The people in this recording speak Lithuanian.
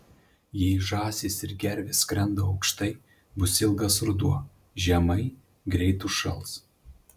jei žąsys ir gervės skrenda aukštai bus ilgas ruduo žemai greit užšals